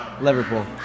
Liverpool